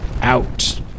out